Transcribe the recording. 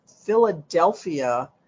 Philadelphia